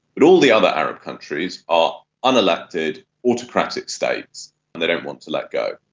but all the other arab countries are unelected, autocratic states and they don't want to let go.